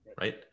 right